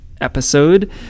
episode